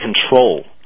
control